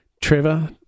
Trevor